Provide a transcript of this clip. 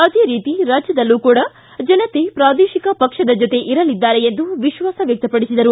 ಆದೇ ರೀತಿ ರಾಜ್ಯದಲ್ಲೂ ಕೂಡ ಜನತೆ ಪ್ರಾದೇಶಿಕ ಪಕ್ಷದ ಜೊತೆ ಇರಲಿದ್ದಾರೆ ಎಂದು ವಿಶ್ವಾಸ ವ್ಯಕ್ತಪಡಿಸಿದರು